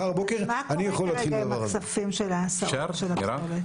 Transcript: מה קורה כרגע עם הכספים של ההסעות ושל הפסולת?